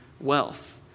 wealth